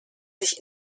sich